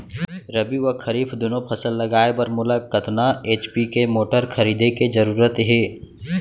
रबि व खरीफ दुनो फसल लगाए बर मोला कतना एच.पी के मोटर खरीदे के जरूरत हे?